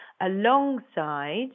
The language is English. alongside